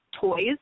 toys